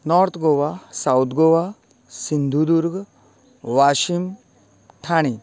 north Goa south Goa Sindhudurg वाशीं ठाणें